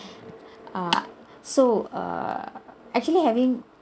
uh so err actually having